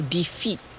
defeat